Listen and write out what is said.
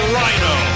Rhino